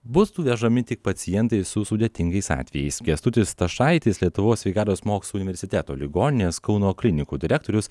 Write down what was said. bus vežami tik pacientai su sudėtingais atvejais kęstutis stašaitis lietuvos sveikatos mokslų universiteto ligoninės kauno klinikų direktorius